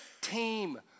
team